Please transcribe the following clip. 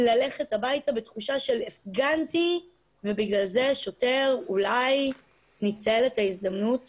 ללכת הביתה בתחושה של הפגנתי ובגלל זה שוטר אולי ניצל את ההזדמנות